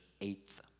Eighth